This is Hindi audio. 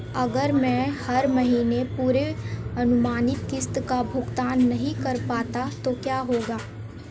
अगर मैं हर महीने पूरी अनुमानित किश्त का भुगतान नहीं कर पाता तो क्या होगा?